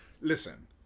Listen